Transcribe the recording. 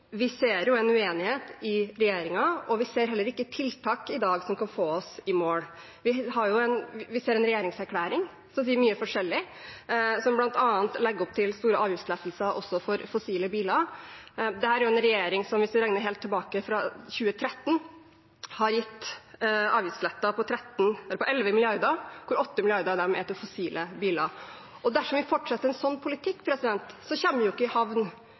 vi ser en uenighet i regjeringen, og vi ser heller ikke tiltak i dag som kan få oss i mål. Vi ser en regjeringserklæring som sier mye forskjellig, som bl.a. legger opp til store avgiftslettelser også for fossile biler. Dette er en regjering som – hvis man regner helt fra 2013 – har gitt avgiftslettelser på 11 mrd. kr, hvorav 8 mrd. kr er til fossile biler. Dersom vi fortsetter en sånn politikk, kommer vi ikke i havn